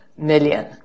Million